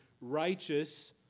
Righteous